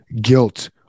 guilt